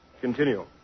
Continue